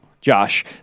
Josh